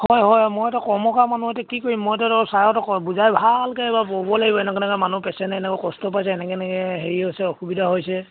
হয় হয় মই এতিয়া কৰ্ম কৰা মানুহ এতিয়া কি কৰিম মইতো ছাৰহঁতক বুজাই ভালকৈ এবাৰ ক'ব লাগিব এনেকুৱা তেনেকুৱা মানুহ পেচেণ্ট এনেকৈ কষ্ট পাইছে এনেকৈ এনেকৈ হেৰি হৈছে অসুবিধা হৈছে